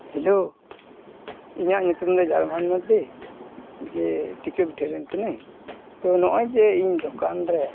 hello ᱤᱧᱟᱹᱜ ᱧᱩᱛᱩᱢ ᱫᱚ ᱡᱟᱨᱢᱟᱱ ᱢᱟᱨᱰᱤ ᱡᱮ ᱴᱤᱠᱟᱹᱵᱤᱴᱟᱹ ᱨᱮᱱ ᱠᱟᱱᱟᱹᱧ ᱛᱚ ᱱᱚᱜ ᱚᱭ ᱡᱮ ᱤᱧ ᱫᱚᱠᱟᱱ ᱨᱮ